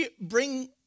bring